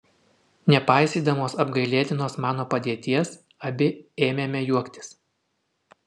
nepaisydamos apgailėtinos mano padėties abi ėmėme juoktis